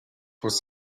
was